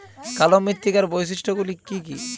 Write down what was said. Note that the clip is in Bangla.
কালো মৃত্তিকার বৈশিষ্ট্য গুলি কি কি?